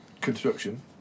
construction